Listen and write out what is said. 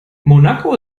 monaco